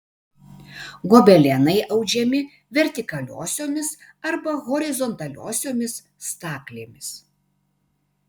gobelenai audžiami vertikaliosiomis arba horizontaliosiomis staklėmis